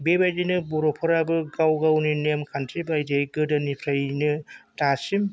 बेबायदिनो बर'फोराबो गाव गावनि नेम खान्थिबायदियै गोदोनिफ्रायनो दासिम